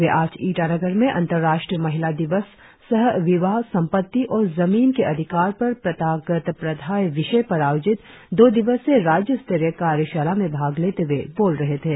वे आज ईटानगर में अंतर्राष्ट्रीय महिला दिवस सह विवाह संपत्ति और जमीन के अधिकार पर प्रथागत प्रथाएं विषय पर आयोजित दो दिवसीय राज्य स्तरीय कार्यशाला में भाग लेते हुए बोल रहे थे